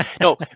No